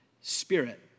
spirit